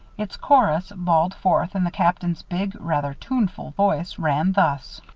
its chorus, bawled forth in the captain's big, rather tuneful voice, ran thus